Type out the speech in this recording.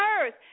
earth